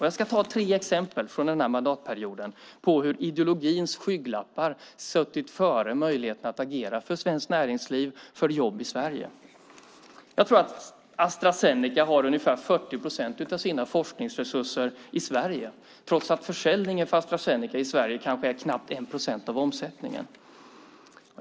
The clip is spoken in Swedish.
Jag ska ta tre exempel från den här mandatperioden på hur ideologins skygglappar suttit före möjligheten att agera för svenskt näringsliv och för jobb i Sverige. Jag tror att Astra Zeneca har ungefär 40 procent av sina forskningsresurser i Sverige, trots att försäljningen för Astra Zeneca i Sverige kanske är knappt 1 procent av omsättningen.